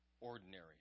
ordinary